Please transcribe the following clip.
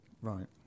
Right